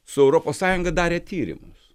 su europos sąjunga darė tyrimus